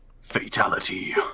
Fatality